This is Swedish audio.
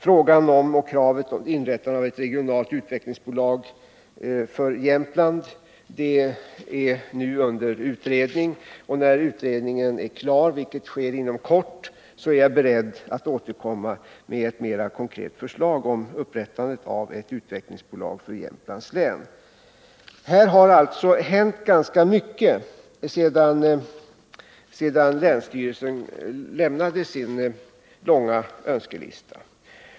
Frågan om inrättandet av ett regionalt utvecklingsbolag för Jämtland är nu under utredning. När utredningen är klar, vilket den blir inom kort, är jag beredd att återkomma med ett mer konkret förslag om inrättande av ett utvecklingsbolag för Jämtlands län. Det har alltså hänt ganska mycket sedan länsstyrelsen lämnade sin långa önskelista.